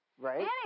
Right